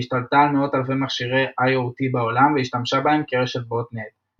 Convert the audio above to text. שהשתלטה על מאות אלפי מכשירי IOT בעולם והשתמשה בהם כרשת בוטנט.